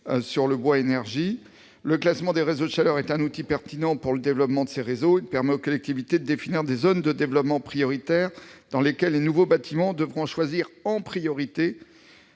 de bois-énergie. Le classement des réseaux de chaleur est un outil pertinent pour le développement de ces réseaux. Il permet aux collectivités de définir des zones de développement prioritaires dans lesquelles les nouveaux bâtiments devront choisir en priorité